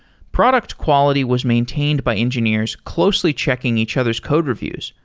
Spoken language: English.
product quality was maintained by engineers closely checking each other's code reviews,